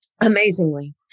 amazingly